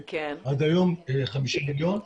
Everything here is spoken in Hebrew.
עד היום 50 מיליון.